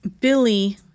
Billy